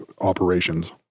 operations